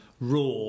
raw